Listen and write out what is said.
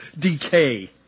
decay